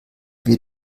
wir